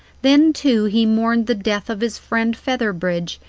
then, too, he mourned the death of his friend featherbridge,